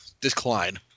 decline